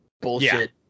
bullshit